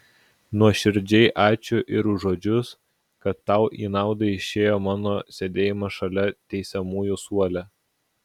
nuoširdžiai ačiū ir už žodžius kad tau į naudą išėjo mano sėdėjimas šalia teisiamųjų suole